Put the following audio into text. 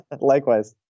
Likewise